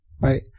right